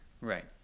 right